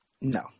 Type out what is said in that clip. No